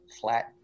flat